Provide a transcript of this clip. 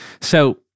So-